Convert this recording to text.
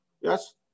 Yes